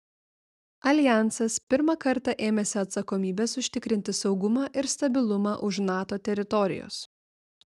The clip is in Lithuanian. aljansas pirmą kartą ėmėsi atsakomybės užtikrinti saugumą ir stabilumą už nato teritorijos